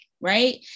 right